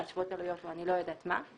להשוות עלויות או אני לא יודעת מה.